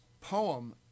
poem